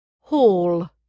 hall